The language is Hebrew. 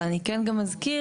ואני כן גם אזכיר,